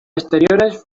exteriores